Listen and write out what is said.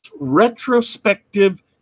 retrospective